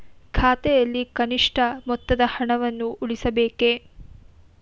ಖಾತೆಯಲ್ಲಿ ಕನಿಷ್ಠ ಮೊತ್ತದ ಹಣವನ್ನು ಉಳಿಸಬೇಕೇ?